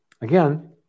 again